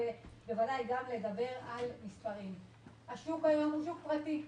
מכיוון שהשוק היום הוא שוק פרטי,